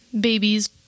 babies